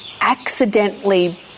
accidentally